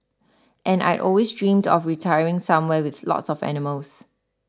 and I'd always dreamed of retiring somewhere with lots of animals